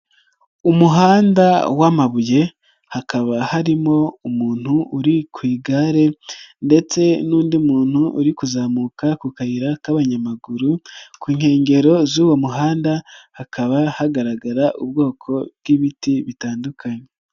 Umuhanda w'amabuye hakaba harimo umuntu uri k'igare ndetse n'undi muntu uri kuzamuka ku kayira k'abanyamaguru, ku nkengero z'uwo muhanda hakaba hagaragara ubwoko bw'ibiti bitandukanye.